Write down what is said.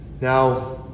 Now